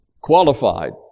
qualified